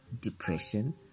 depression